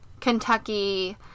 Kentucky